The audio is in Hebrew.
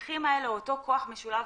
הפקחים האלה, אותו כוח משולב,